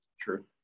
True